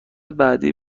بعدی